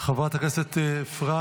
חברת הכנסת אפרת